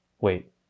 wait